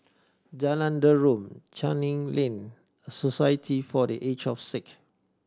Jalan Derum Canning Lane Society for The Aged of Sick